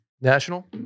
National